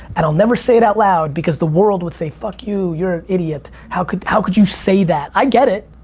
and i'll never say it out loud because the world would say, fuck you, you're an idiot. how could how could you say that? i get it.